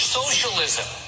socialism